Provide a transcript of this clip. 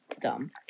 dumb